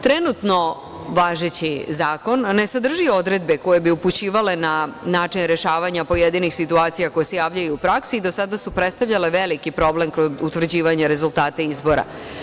Trenutno važeći zakon ne sadrži odredbe koje bi upućivale na način rešavanja pojedinih situacija koje se javljaju u praksi i do sada su predstavljale veliki problem kod utvrđivanja rezultata izbora.